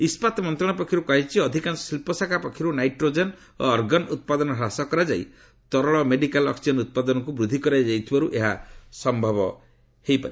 ଇସ୍କାତ ମନ୍ତ୍ରଣାଳୟ ପକ୍ଷରୁ କୁହାଯାଇଛି ଅଧିକାଂଶ ଶିଳ୍ପ ଶାଖା ପକ୍ଷରୁ ନାଇଟ୍ରୋଜେନ୍ ଓ ଆର୍ଗନ୍ ଉତ୍ପାଦନ ହ୍ରାସ କରାଯାଇ ତରଳ ମେଡିକାଲ୍ ଅକ୍ଟିଜେନ୍ ଉତ୍ପାଦନକୁ ବୃଦ୍ଧି କରାଯାଇଥିବାରୁ ଏହା ସମ୍ଭବ ହୋଇପାରିଛି